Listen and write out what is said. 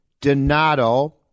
Donato